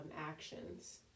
actions